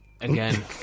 Again